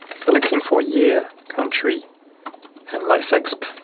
selecting for year, country and lifeexp,